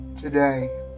Today